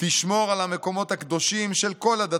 תשמור על המקומות הקדושים של כל הדתות,